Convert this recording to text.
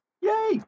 Yay